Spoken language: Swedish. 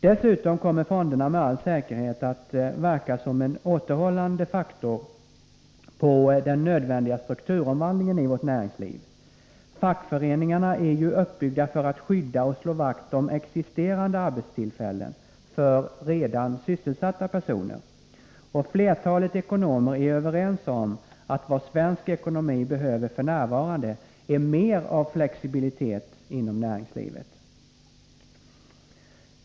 Dessutom kommer fonderna med all säkerhet att verka som en återhållande faktor på den nödvändiga strukturomvandlingen i vårt näringsliv. Fackföreningarna är ju uppbyggda för att skydda och slå vakt om existerande arbetstillfällen för redan sysselsatta personer. Och flertalet ekonomer är överens om att vad svensk ekonomi behöver f. n. är mer av flexibilitet inom näringslivet.